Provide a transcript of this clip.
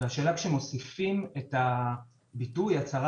השאלה כשמוסיפים את הביטוי הצהרה